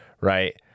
Right